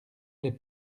les